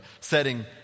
setting